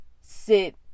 sit